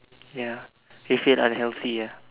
ya you feel unhealthy ah